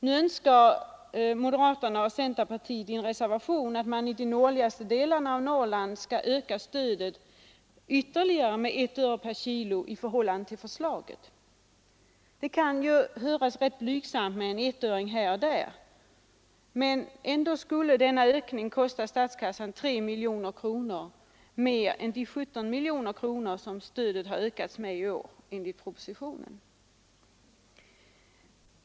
Nu önskar moderaterna och centerpartisterna i en reservation att man skall öka stödet i de nordligaste delarna av Norrland med ytterligare 1 öre/kg i förhållande till förslaget. Det låter ju blygsamt med en ettöring här och en ettöring där, men ändå skulle denna ökning kosta statskassan 3 miljoner kronor mer än de 17 miljoner kronor som stödet ökat med i år enligt propositionen.